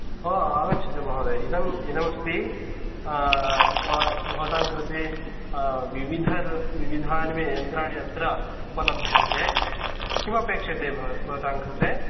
ओ आगच्छतु महोदय इदं इदमस्ति भवतां कृते विवध विविधानि यन्त्राणि अत्र उपलभ्यन्ते किमपेक्षते भव भवतां कृते